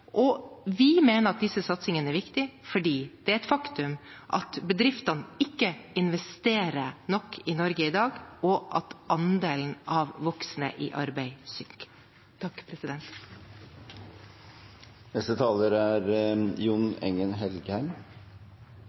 forskning. Vi mener at disse satsingene er viktige, for det er et faktum at bedriftene ikke investerer nok i Norge i dag, og at andelen av voksne i arbeid synker.